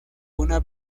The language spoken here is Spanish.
una